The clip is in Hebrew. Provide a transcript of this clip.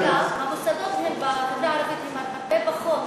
ועוד שאלה: המוסדות בחברה הערבית הם הרבה פחות,